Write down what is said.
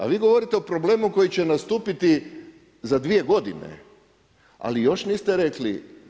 A vi govorite o problemu koji će nastupiti za dvije godine, ali još niste rekli.